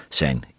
zijn